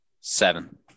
Seven